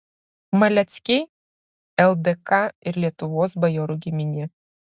maleckiai ldk ir lietuvos bajorų giminė